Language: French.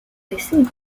décès